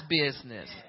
business